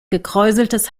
gekräuseltes